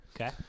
Okay